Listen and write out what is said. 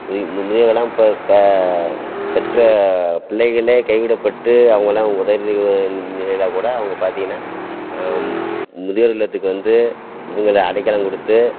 மு முதியவர்களெலாம் இப்போ இப்போ பெற்ற பிள்ளைகளே கைவிடப்பட்டு அவங்களாம் உதறி நிலையில் கூட அவங்க பார்த்தீங்கன்னா முதியோர் இல்லத்துக்கு வந்து இவங்கள அடைக்கலம் கொடுத்து